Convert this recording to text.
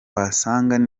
wasangaga